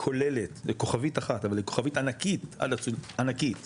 כוללת בכוכבית ענקית אחת, אבל ענקית ענקית,